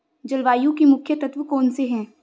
जलवायु के मुख्य तत्व कौनसे हैं?